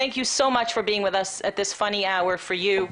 תודה רבה לך על היותך אתנו בשעה מוזרה כזו בשבילך.